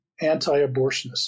anti-abortionists